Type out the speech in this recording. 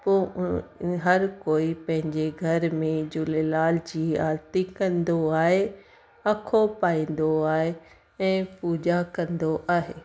पोइ हर कोई पंहिंजे घर में झूलेलाल जी आरती कंदो आहे अखो पाईंदो आहे ऐं पूॼा कंदो आहे